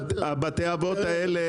בתי האבות האלה,